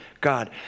God